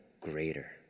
greater